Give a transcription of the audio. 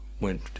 went